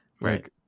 Right